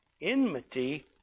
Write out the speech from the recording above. enmity